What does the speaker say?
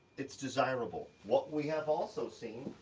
it's desirable. what we have also seen,